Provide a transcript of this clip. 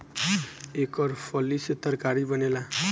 एकर फली से तरकारी बनेला